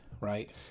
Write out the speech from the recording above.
Right